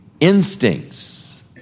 instincts